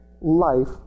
life